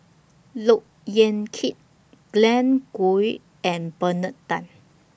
Look Yan Kit Glen Goei and Bernard Tan